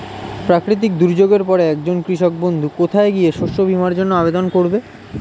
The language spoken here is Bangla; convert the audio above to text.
প্রাকৃতিক দুর্যোগের পরে একজন কৃষক বন্ধু কোথায় গিয়ে শস্য বীমার জন্য আবেদন করবে?